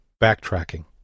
backtracking